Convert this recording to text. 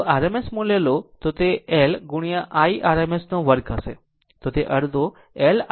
જો RMS મૂલ્ય લો તો તે L IRms 2 હશે